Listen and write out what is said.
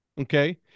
okay